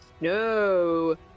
No